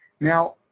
Now